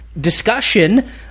discussion